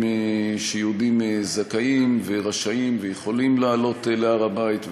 שיהודים זכאים ורשאים ויכולים לעלות להר-הבית,